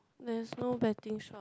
there's no betting shop